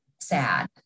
sad